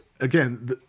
again